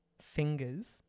Fingers